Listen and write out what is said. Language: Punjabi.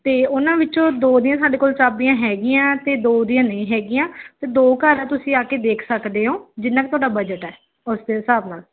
ਅਤੇ ਉਹਨਾਂ ਵਿੱਚੋਂ ਦੋ ਦੀਆਂ ਸਾਡੇ ਕੋਲ ਚਾਬੀਆਂ ਹੈਗੀਆਂ ਅਤੇ ਦੋ ਦੀਆਂ ਨਹੀਂ ਹੈਗੀਆਂ ਅਤੇ ਦੋ ਘਰ ਆ ਤੁਸੀਂ ਆ ਕੇ ਦੇਖ ਸਕਦੇ ਹੋ ਜਿੰਨਾ ਕੁ ਤੁਹਾਡਾ ਬਜਟ ਹੈ ਉਸ ਦੇ ਹਿਸਾਬ ਨਾਲ